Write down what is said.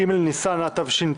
ג' בניסן התשפ"א,